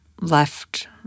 left